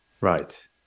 Right